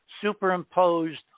superimposed